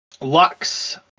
Lux